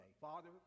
Father